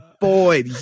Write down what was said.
boy